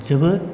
जोबोद